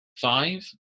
five